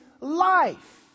life